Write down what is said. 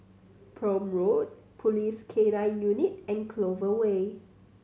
Prome Road Police K Nine Unit and Clover Way